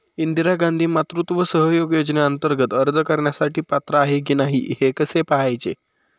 इंदिरा गांधी मातृत्व सहयोग योजनेअंतर्गत अर्ज करण्यासाठी पात्र आहे की नाही हे कसे पाहायचे?